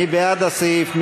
מי בעד הסעיף?